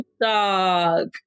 dog